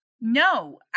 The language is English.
No